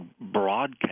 broadcast